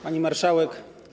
Pani Marszałek!